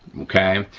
okay?